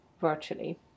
virtually